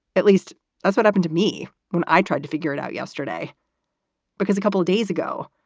at least that's what happened to me when i tried to figure it out yesterday because a couple of days ago,